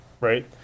right